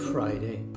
Friday